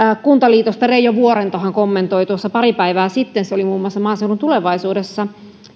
kuntaliitosta reijo vuorentohan kommentoi tuossa pari päivää sitten se oli muun muassa maaseudun tulevaisuudessa